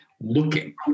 looking